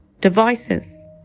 devices